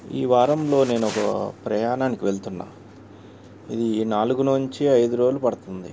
ఈ వారంలో నేనొక ప్రయాణానికి వెళ్తున్నాను ఇది నాలుగు నుంచి ఐదు రోజులు పడుతుంది